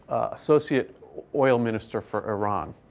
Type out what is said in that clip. associate oil minister for iran,